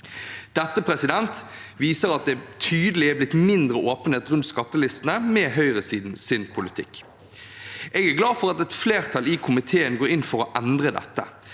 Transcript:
Dette viser at det tydelig er blitt mindre åpenhet rundt skattelistene med høyresidens politikk. Jeg er glad for at et flertall i komiteen går inn for å endre dette.